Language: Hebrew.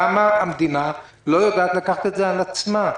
למה המדינה לא יודעת לקחת את זה על עצמה?